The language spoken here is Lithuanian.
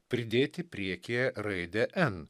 pridėti priekyje raidę en